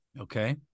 Okay